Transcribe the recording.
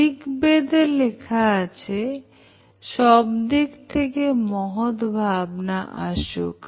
ঋকবেদে লেখা আছে সবদিক থেকে মহৎ ভাবনা আসুক